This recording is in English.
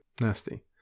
nasty